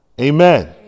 Amen